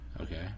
Okay